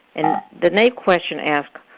and the naep question asked,